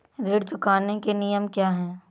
ऋण चुकाने के नियम क्या हैं?